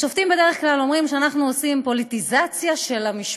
השופטים בדרך כלל אומרים שאנחנו עושים פוליטיזציה של המשפט.